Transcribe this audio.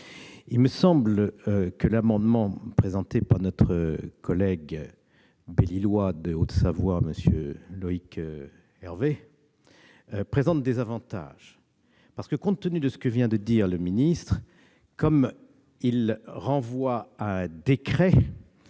Il me semble que l'amendement présenté par notre collègue bellilois de Haute-Savoie, M. Loïc Hervé, présente des avantages, compte tenu de ce que vient de dire le ministre. Comme cette disposition renvoie à un décret,